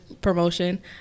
promotion